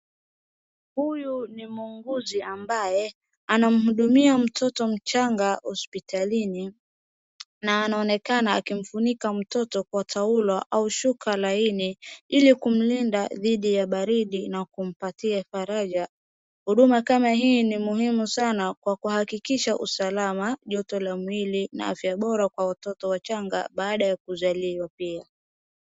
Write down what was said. Huyu ni muuguzi ambaye anamhudumia mtoto mchanga hospitalini, na anaonekana akimfunika mtoto kwa taulo au shuka laini ili kumlinda dhidi ya baridi na kumpatia furaja. Huduma kama hii ni muhimu kwa kuhakikisha usalama, joto la mwili, na afya bora kwa watoto wachanga baada ya kuzaliwa.